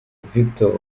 victor